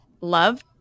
love